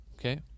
okay